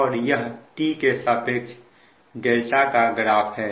और यह t के सापेक्ष का ग्राफ है